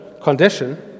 condition